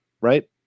right